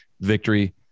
victory